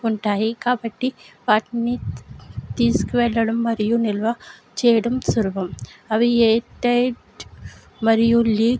ఉంటాయి కాబట్టి వాటిని తీసుకు వెళ్లడం మరియు నిల్వ చేయడం సులభం అవి ఎయిర్ టైట్ మరియు లీక్